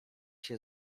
się